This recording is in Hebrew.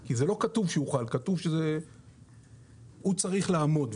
כי זה לא כתוב שהוא חל אלא כתוב שהוא צריך לעמוד.